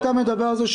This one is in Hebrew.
קודם כול יש